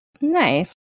Nice